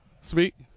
speak